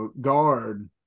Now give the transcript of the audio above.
guard